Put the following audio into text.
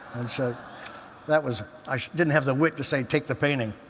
and so that was i didn't have the wit to say, take the painting.